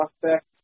prospect